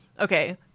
okay